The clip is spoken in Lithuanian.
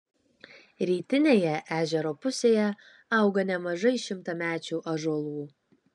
rytinėje ežero pusėje auga nemažai šimtamečių ąžuolų